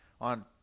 on